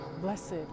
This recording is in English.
Blessed